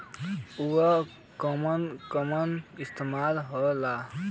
उव केमन केमन इस्तेमाल हो ला?